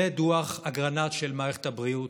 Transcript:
זה דוח אגרנט של מערכת הבריאות,